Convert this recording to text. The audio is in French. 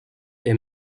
est